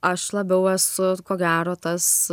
aš labiau esu ko gero tas